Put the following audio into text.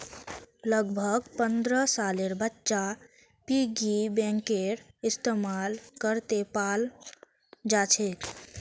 लगभग पन्द्रह सालेर बच्चा पिग्गी बैंकेर इस्तेमाल करते पाल जाछेक